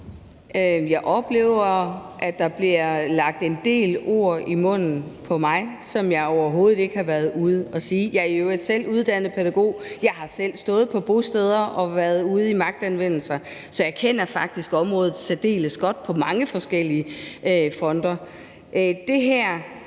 Jeg oplever, at der bliver lagt bliver lagt en del ord i munden på mig, som jeg overhovedet ikke har været ude at sige. Jeg er i øvrigt selv uddannet pædagog, og jeg har selv stået på bosteder og været ude i magtanvendelser. Så jeg kender faktisk området særdeles godt på mange forskellige fronter.